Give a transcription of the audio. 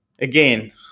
again